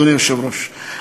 אדוני היושב-ראש,